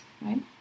right